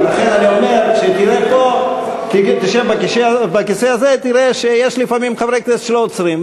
ולכן אני אומר שכשתשב בכיסא הזה תראה שיש לפעמים חברי כנסת שלא עוצרים,